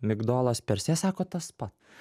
migdolas per se sako tas pa